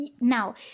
Now